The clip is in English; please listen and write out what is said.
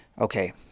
okay